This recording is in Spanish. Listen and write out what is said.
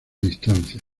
distancia